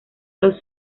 los